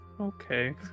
Okay